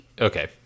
okay